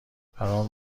برام